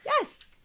Yes